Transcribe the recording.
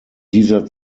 dieser